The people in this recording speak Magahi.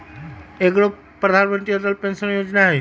एगो प्रधानमंत्री अटल पेंसन योजना है?